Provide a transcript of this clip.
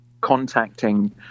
contacting